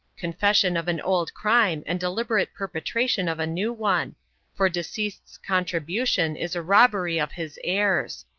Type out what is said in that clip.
confession of an old crime and deliberate perpetration of a new one for deceased's contribution is a robbery of his heirs.